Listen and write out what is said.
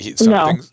No